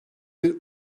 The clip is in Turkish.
bir